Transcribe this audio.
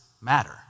matter